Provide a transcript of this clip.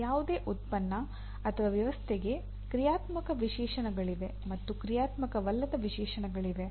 ಯಾವುದೇ ಉತ್ಪನ್ನ ಅಥವಾ ವ್ಯವಸ್ಥೆಗೆ ಕ್ರಿಯಾತ್ಮಕ ವಿಶೇಷಣಗಳಿವೆ ಮತ್ತು ಕ್ರಿಯಾತ್ಮಕವಲ್ಲದ ವಿಶೇಷಣಗಳಿವೆ